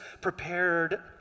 prepared